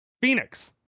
Phoenix